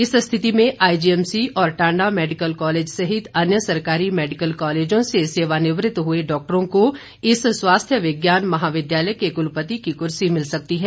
इस स्थिति में आईजीएमसी और टांडा मेडिकल कॉलेज सहित अन्य सरकारी मेडिकल कॉलेजों से सेवानिवृत्त हुए डॉक्टरों को इस स्वास्थ्य विज्ञान महाविद्यालय के कुलपति की कुर्सी मिल सकती है